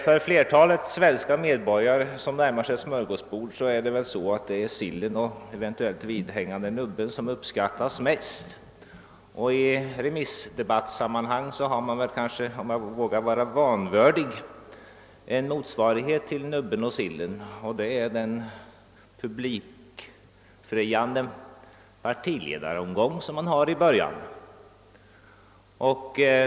För flertalet svenska medborgare som närmar sig ett smörgåsbord är det väl sillen och den eventuellt vidhängande nubben som uppskattas mest, och i remissdebattsammanhang har man kanske — om jag vågar vara vanvördig — en motsvarighet till nubben och sillen i den publikfriande partiledaromgång som man har i början.